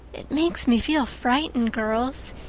it makes me feel frightened, girls.